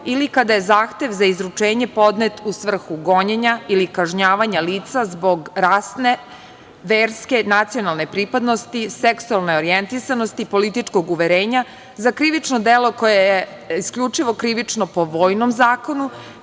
ili kada je zahtev za izručenje podnet u svrhu gonjenja ili kažnjavanja lica zbog rasne, verske, nacionalne pripadnosti, seksualne orijentisanosti, političkog uverenja, za krivično delo koje je isključivo krivično po vojnom zakonu,